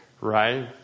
right